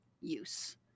use